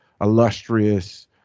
illustrious